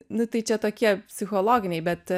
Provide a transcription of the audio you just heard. nu tai čia tokie psichologiniai bet